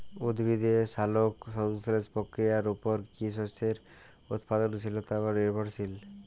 উদ্ভিদের সালোক সংশ্লেষ প্রক্রিয়ার উপর কী শস্যের উৎপাদনশীলতা নির্ভরশীল?